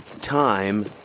Time